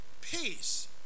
Peace